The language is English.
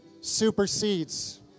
supersedes